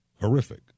horrific